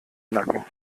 nacken